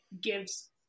gives